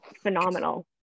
phenomenal